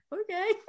okay